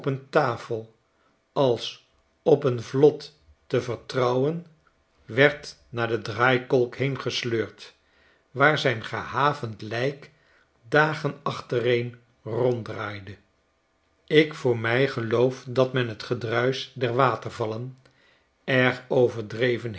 tafel als op een vlot te vertrouwen werd naar de draaikolk heen gesleurd waar zijn gehavend lijk dagen achtereen ronddraaide ik voor mij geloof dat men het gedruisch der watervallen erg overdreven